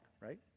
right